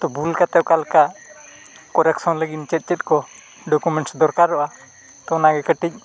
ᱛᱳ ᱵᱷᱩᱞ ᱠᱟᱛᱮᱫ ᱚᱠᱟ ᱞᱮᱠᱟ ᱞᱟᱹᱜᱤᱫ ᱪᱮᱫ ᱪᱮᱫ ᱠᱚ ᱫᱚᱨᱠᱟᱨᱚᱜᱼᱟ ᱛᱳ ᱚᱱᱟᱜᱮ ᱠᱟᱹᱴᱤᱡ